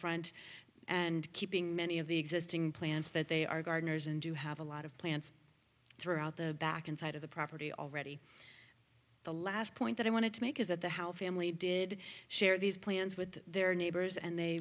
front and keeping many of the existing plants that they are gardeners and do have a lot of plants throughout the back and side of the property already the last point that i wanted to make is that the how family did share these plans with their neighbors and they